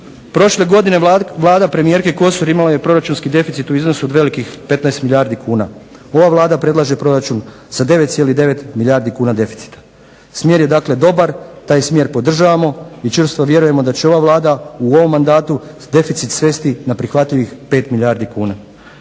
Prošle godine Vlada premijerke Kosor imala je proračunski deficit u iznosu od velikih 15 milijardi kuna. Ova Vlada predlaže proračun sa 9,9 milijardi kuna deficita. Smjer je dakle dobar, taj smjer podržavamo i čvrsto vjerujemo da će ova Vlada u ovom mandatu deficit svesti na prihvatljivih 5 milijardi kuna.